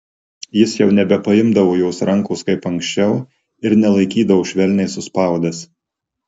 jis jau nebepaimdavo jos rankos kaip anksčiau ir nelaikydavo švelniai suspaudęs